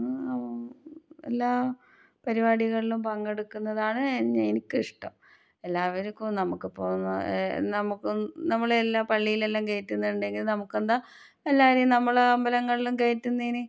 എല്ലാ പരിപാടികളിലും പങ്കെടുക്കുന്നതാണ് എനിക്കിഷ്ടം എല്ലാവർക്കും നമുക്കിപ്പം നമുക്ക് നമ്മളെല്ലാം പള്ളിയിലെല്ലാം കയറ്റുന്നുണ്ടെങ്കിൽ നമുക്കെന്താണ് എല്ലാവരേയും നമ്മൾ അമ്പലങ്ങളിൽ കയറ്റുന്നതിന്